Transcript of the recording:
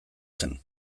zen